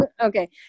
Okay